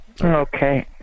Okay